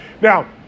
Now